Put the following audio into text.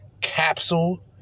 Capsule